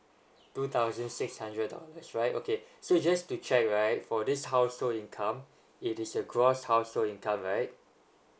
two thousand six hundred dollars right okay so just to check right for this household income it is a gross household income right